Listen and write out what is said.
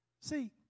See